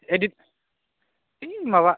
एदि ओइ माबा